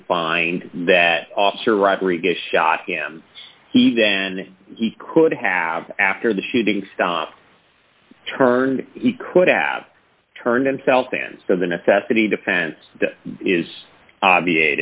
could find that officer rodriguez shot him he then he could have after the shooting stop turn he could have turned themselves in so the necessity defense is